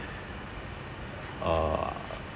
uh